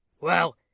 Well